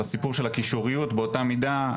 על הסיפור של הקישוריות באותה מידה,